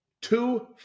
two